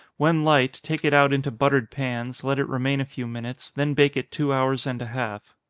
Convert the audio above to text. when light, take it out into buttered pans, let it remain a few minutes, then bake it two hours and a half.